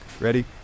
ready